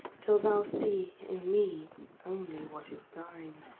till thou see in me only what is thine.